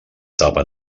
etapa